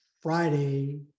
Friday